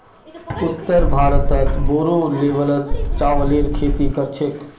उत्तर भारतत बोरो लेवलत चावलेर खेती कर छेक